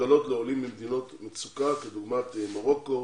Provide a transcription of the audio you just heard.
מוגדלות לעולים ממדינות מצוקה כדוגמת מרוקו,